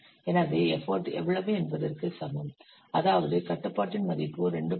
எனவே எஃபர்ட் எவ்வளவு என்பதற்கு சமம் அதாவது கட்டுப்பாட்டின் மதிப்பு 2